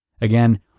Again